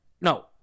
No